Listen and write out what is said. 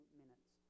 minutes